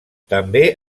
també